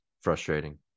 frustrating